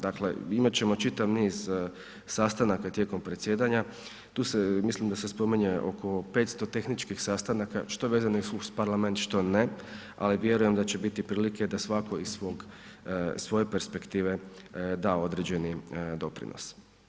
Dakle imat ćemo čitav niz sastanaka tijekom predsjedanja, tu mislim da se spominje oko 500 tehničkih sastanaka što vezanih uz Parlament, što ne, ali vjerujem da će biti prilike da svako iz svoje perspektive da određeni doprinos.